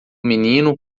menino